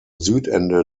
südende